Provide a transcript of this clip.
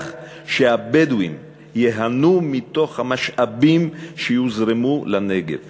שהבדואים ייהנו מהמשאבים שיוזרמו לנגב